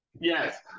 Yes